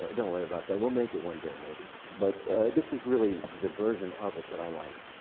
don't worry about that. we'll make it one day, maybe. but this is really the version of it that i like.